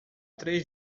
três